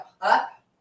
up